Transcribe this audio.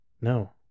No